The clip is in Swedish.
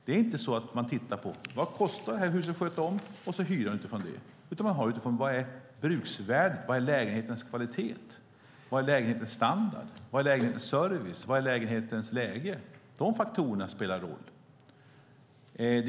Det är inte så att man tittar på kostnaderna för att sköta om ett hus och sedan sätter hyran utifrån det, utan man sätter hyran utifrån lägenhetens kvalitet, standard, service och läge. De faktorerna spelar roll.